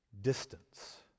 distance